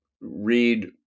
read